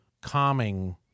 calming